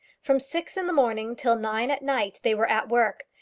from six in the morning till nine at night they were at work,